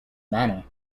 manner